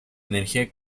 energía